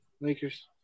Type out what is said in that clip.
Lakers